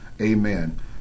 Amen